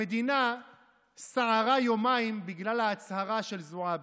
המדינה סערה יומיים בגלל ההצהרה של זועבי,